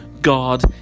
God